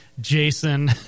Jason